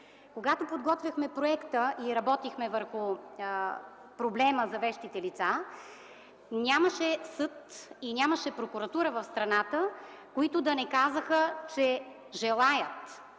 Когато подготвяхме проекта и работихме върху проблема за вещите лица, нямаше съд и прокуратура в страната, които да не казаха, че желаят